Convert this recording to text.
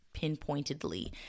pinpointedly